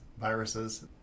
viruses